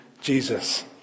Jesus